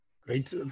Great